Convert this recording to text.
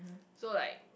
so like